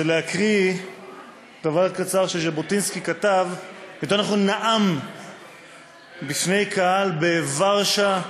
זה להקריא דבר קצר שז'בוטינסקי נאם בפני קהל בוורשה,